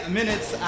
minutes